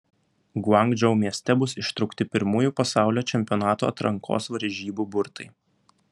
guangdžou mieste bus ištraukti pirmųjų pasaulio čempionato atrankos varžybų burtai